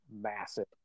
massive